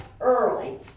early